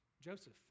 Joseph